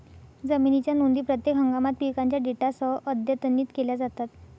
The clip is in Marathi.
जमिनीच्या नोंदी प्रत्येक हंगामात पिकांच्या डेटासह अद्यतनित केल्या जातात